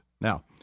Now